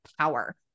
power